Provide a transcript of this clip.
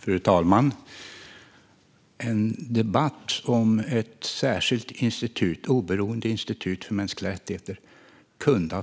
Fru talman! En debatt om ett särskilt, oberoende institut för mänskliga rättigheter kunde ha